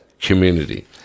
community